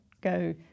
go